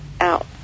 out